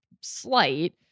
slight